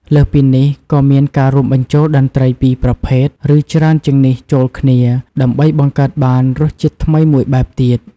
លើសពីនេះ ក៏មាន ការរួមបញ្ចូលតន្ត្រីពីរប្រភេទ ឬ ច្រើនជាងនេះ ចូលគ្នា ដើម្បី បង្កើតបានរសជាតិថ្មីមួយបែបទៀត។